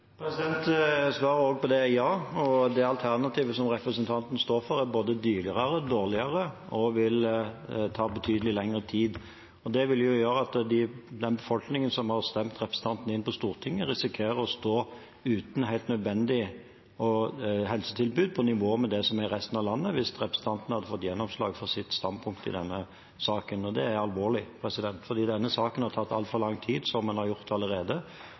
Svaret på det er også ja. Det alternativet representanten står for, er både dyrere, dårligere og vil ta betydelig lengre tid. Det vil gjøre at den befolkningen som har stemt representanten inn på Stortinget, risikerer å stå uten helt nødvendig helsetilbud, på nivå med det som er i resten av landet, hvis representanten hadde fått gjennomslag for sitt standpunkt i denne saken. Det er alvorlig, for denne saken har tatt altfor lang tid allerede. Det er tidskritisk at man nå holder god framdrift i denne saken. Den utredningen som